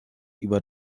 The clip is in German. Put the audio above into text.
über